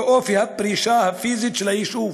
ואופי הפריסה הפיזית של היישוב.